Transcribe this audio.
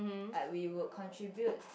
like we would contribute